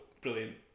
Brilliant